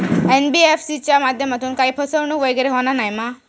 NBFC च्या माध्यमातून काही फसवणूक वगैरे होना नाय मा?